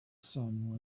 sun